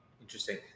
Interesting